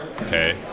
okay